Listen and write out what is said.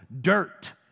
dirt